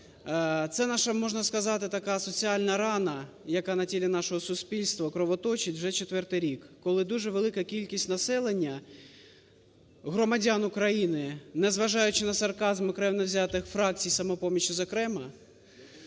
Це наша, можна сказати, така соціальна рана, яка на тілі нашого суспільства кровоточить вже четвертий рік, коли дуже велика кількість населення громадян України, незважаючи на сарказм окремо взятих фракцій, "Самопомочі" зокрема,